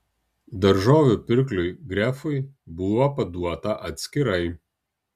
daržovių pirkliui grefui buvo paduota atskirai